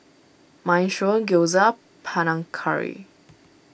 Minestrone Gyoza Panang Curry